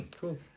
Cool